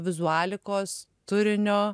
vizualikos turinio